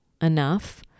enough